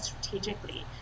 strategically